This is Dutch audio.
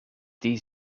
die